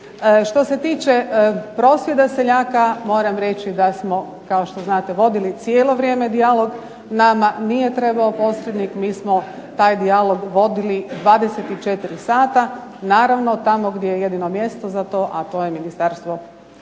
Što se tiče prosvjeda seljaka, moram reći da smo kao što znate vodili cijelo vrijeme dijalog. Nama nije trebao posrednik, mi smo taj dijalog vodili 24 sata, naravno tamo gdje je jedino mjesto za to a to je Ministarstvo